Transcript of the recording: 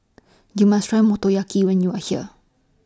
YOU must Try Motoyaki when YOU Are here